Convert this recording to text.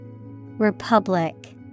Republic